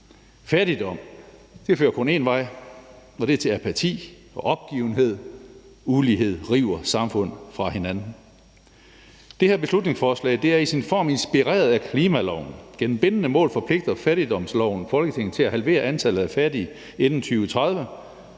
Fattigdom fører kun en vej, og det er til apati og opgivenhed. Ulighed river samfund fra hinanden. Det her beslutningsforslag er i sin form inspireret af klimaloven. Gennem bindende mål forpligter fattigdomsloven Folketinget til at halvere antallet af fattige inden 2030,